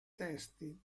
testi